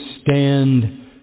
stand